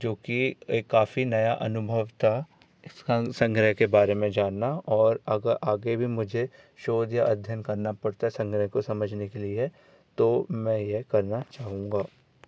जो कि काफ़ी नया अनुभव था इसका संग्रह के बारे मे जानना और अगर आगे भी मुझे शोध या अध्ययन करना पड़ता संग्रह को समझने के लिए तो मैं यह करना चाहूँगा